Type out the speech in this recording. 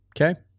Okay